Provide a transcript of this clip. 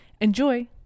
enjoy